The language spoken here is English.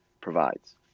provides